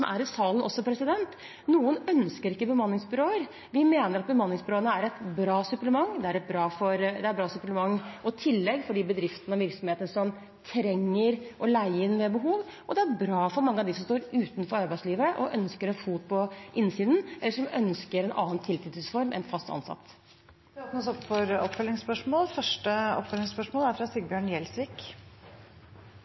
er i salen. Noen ønsker ikke bemanningsbyråer, mens vi mener at bemanningsbyråene er et bra supplement. I tillegg er det bra for de bedriftene og virksomhetene som trenger å leie inn arbeidstakere ved behov, og det er bra for mange av dem som står utenfor arbeidslivet og ønsker en fot på innsiden eller en annen tilknytningsform enn det å være fast ansatt. Sigbjørn Gjelsvik – til oppfølgingsspørsmål. Et velorganisert arbeidsliv er